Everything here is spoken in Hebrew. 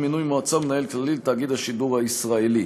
מינוי מועצה ומנהל כללי לתאגיד השידור הישראלי.